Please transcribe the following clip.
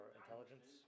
intelligence